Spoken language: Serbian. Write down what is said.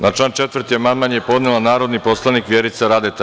Na član 4. amandman je podnela narodni poslanik Vjerica Radeta.